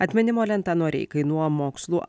atminimo lentą noreikai nuo mokslų